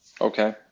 okay